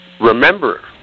remember